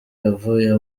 yavuye